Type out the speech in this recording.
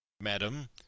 Madam